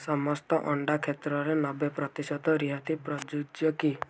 ସମସ୍ତ ଅଣ୍ଡା କ୍ଷେତ୍ରରେ ନବେ ପ୍ରତିଶତ ରିହାତି ପ୍ରଯୁଜ୍ୟ କି